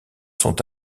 sont